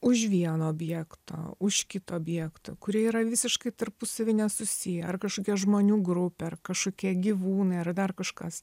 už vieno objekto už kito objekto kurie yra visiškai tarpusavy nesusiję ar kažkokia žmonių grupė ar kažkokie gyvūnai ar dar kažkas